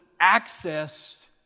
accessed